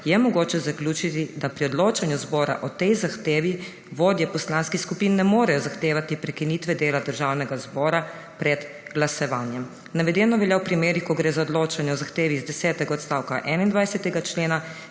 je mogoče zaključiti, da pri odločanju zbora o tej zahtevi vodje poslanskih skupin ne morejo zahtevati prekinitve dela državnega zbora pred glasovanjem. Navedeno velja v primerih, ko gre za odločanje o zahtevi iz desetega odstavka 21. člena,